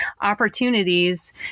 opportunities